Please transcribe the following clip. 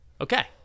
Okay